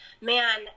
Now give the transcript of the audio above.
man